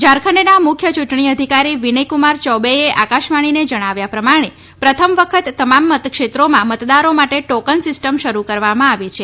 ઝારખંડના મુખ્ય ચૂંટણી અધિકારી વિનયકુમાર ચૌબેએ આકાશવાણીને જણાવ્યા પ્રમાણે પ્રથમ વખત તમામ મતક્ષેત્રોમાં મતદારો માટે ટોકન સિસ્ટમ શરૂ કરવામાં આવી છે